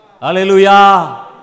Hallelujah